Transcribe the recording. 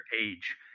age